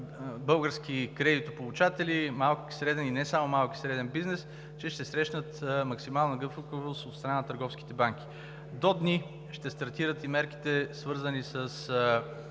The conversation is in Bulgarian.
български кредитополучатели, малкият и среден бизнес и не само, че ще срещнат максимална гъвкавост от страна на търговските банки. До дни ще стартират и мерките, свързани с